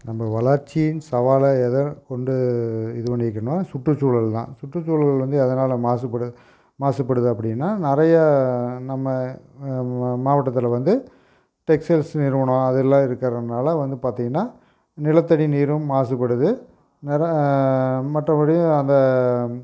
நம்ம வளர்ச்சியின் சவாலாக எதை கொண்டு இது பண்ணிக்கணும் சுற்றுச்சூழல் தான் சுற்றுசூழல் வந்து எதனால் மாசுபடு மாசுபடுது அப்படின்னா நிறையா நம்ம மாவட்டத்தில் வந்து டெக்ஸ்டைல்ஸ் நிறுவனம் அதுலாம் இருக்கறதுனால் வந்து பார்த்திங்கனா நிலத்தடி நீரும் மாசுபடுது நிற மற்றபடியும் அந்த